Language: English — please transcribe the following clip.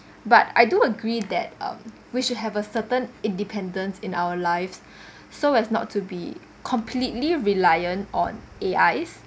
but I do agree that um we should have a certain independence in our lives so as not to be completely reliant on A_I